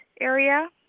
area